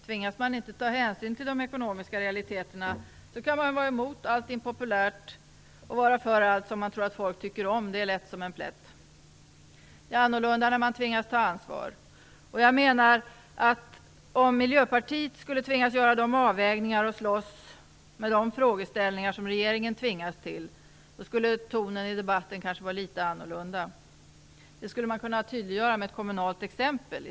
Tvingas man inte ta hänsyn till de ekonomiska realiteterna kan man vara emot allt impopulärt och för allt som man tror att folk tycker om. Det är lätt som en plätt. Det är annorlunda när man tvingas ta ansvar. Om Miljöpartiet skulle tvingas göra de avvägningar och slåss med de frågeställningar som regeringen tvingas till skulle tonen i debatten kanske vara litet annorlunda. Det skulle man kunna tydliggöra med ett kommunalt exempel.